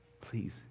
Please